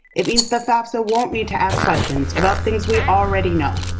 it means that fafsa won't need to ask questions about things we already know,